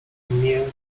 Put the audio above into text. mię